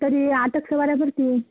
तरी आठ एक सवाऱ्या भरतील